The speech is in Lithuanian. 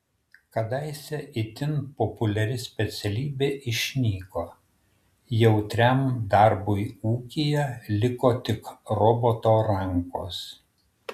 kadaise itin populiari specialybė išnyko jautriam darbui ūkyje liko tik roboto rankos